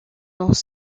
dans